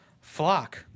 flock